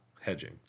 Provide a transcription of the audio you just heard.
hedging